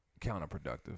Counterproductive